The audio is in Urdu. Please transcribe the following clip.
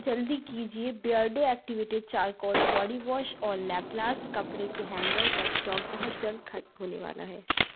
جلدی کیجیے Beardo activated charcoal body wash اور لیپلاسٹ کپڑے کے ہینگر کا اسٹاک بہت جلد ختم ہونے والا ہے